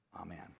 amen